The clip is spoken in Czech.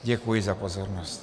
Děkuji za pozornost.